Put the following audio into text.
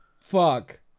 fuck